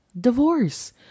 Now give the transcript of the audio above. Divorce